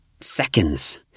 seconds